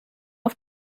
auf